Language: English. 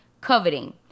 coveting